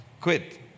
quit